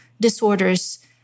disorders